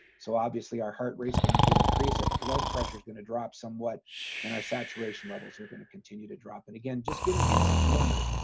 so obviously our heart rate is going to increase our blood pressure is going to drop somewhat and our saturation levels are going to continue to drop and again just giving hands to the learners.